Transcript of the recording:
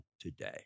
today